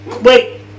Wait